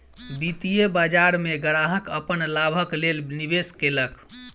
वित्तीय बाजार में ग्राहक अपन लाभक लेल निवेश केलक